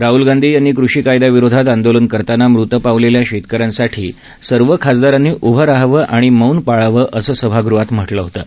राहल गांधी यांनी कृष कायद्याविरोधात आंदोलन करताना मृत पावलेल्या शेतकऱ्यांसाठी सर्व खासदारांनी उभं रहावं आणि मौन पळावं असं सभागृहात म्हटलं होतं